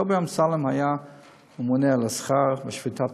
קובי אמסלם היה ממונה על השכר בשביתת